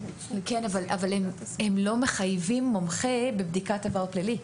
כן, אבל הם לא מחייבים מומחה בבדיקת עבר פלילי.